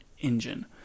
engine